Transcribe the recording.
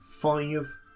Five